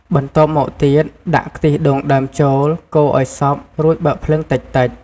បន្ទាប់មកទៀត ដាក់ខ្ទិះដូងដើមចូល កូរឲ្យសព្វ រួចបើកភ្លើងតិចៗ។